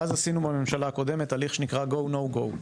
ואז עשינו בממשלה הקודמת הליך שנקרא "go/no go"